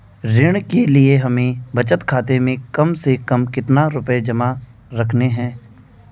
ऋण के लिए हमें बचत खाते में कम से कम कितना रुपये जमा रखने हैं?